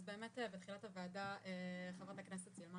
אז באמת בתחילת הוועדה חברת הכנסת סילמן